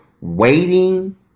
waiting